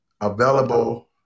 available